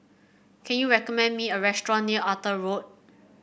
can you recommend me a restaurant near Arthur Road